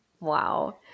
Wow